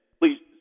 please